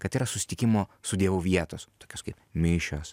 kad yra susitikimo su dievu vietos tokios kaip mišios